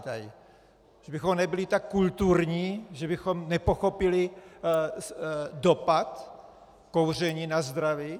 Že bychom nebyli tak kulturní, že bychom nepochopili dopad kouření na zdraví?